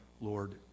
Lord